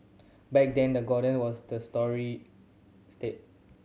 back then the Garden was the story state